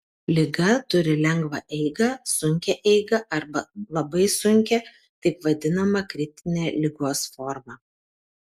liga turi lengvą eigą sunkią eigą arba labai sunkią taip vadinamą kritinę ligos formą